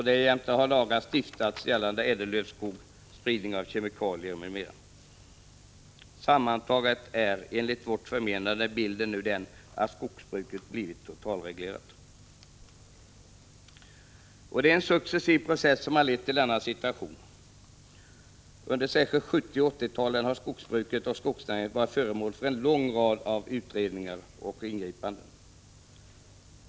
Därjämte har lagar stiftats gällande ädellövskog, spridning av kemikalier, m.m. Sammantaget är enligt vårt förmenande bilden nu den att skogsbruket blivit totalreglerat. Det är en successiv process som har lett till denna situation. Särskilt under 1970 och 1980-talen har skogsbruket och skogsnäringen varit föremål för en lång rad utredningar och ingripanden.